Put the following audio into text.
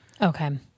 Okay